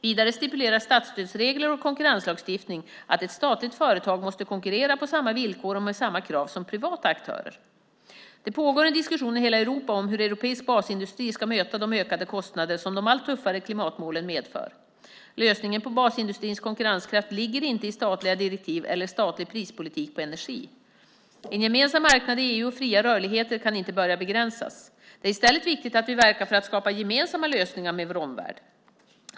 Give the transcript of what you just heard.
Vidare stipulerar statsstödsregler och konkurrenslagstiftning att ett statligt företag måste konkurrera på samma villkor och med samma krav som privata aktörer. Det pågår en diskussion i hela Europa om hur europeisk basindustri ska möta de ökade kostnader som de allt tuffare klimatmålen medför. Lösningen på basindustrins konkurrenskraft ligger inte i statliga direktiv eller statlig prispolitik på energi. En gemensam marknad i EU och fria rörligheter kan inte börja begränsas. Det är i stället viktigt att vi verkar för att skapa gemensamma lösningar med vår omvärld.